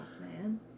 man